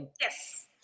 Yes